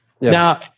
Now